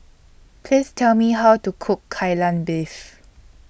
Please Tell Me How to Cook Kai Lan Beef